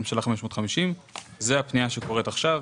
הממשלה 550 היא הפנייה שקורית עכשיו.